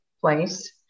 place